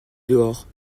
dehors